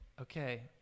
okay